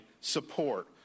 support